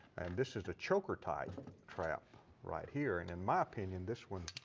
and this is a choker-type trap right here. and im my opinion, this one.